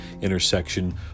intersection